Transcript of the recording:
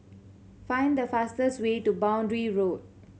find the fastest way to Boundary Road